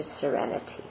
serenity